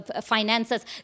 finances